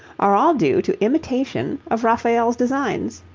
are all due to imitation of raphael's designs.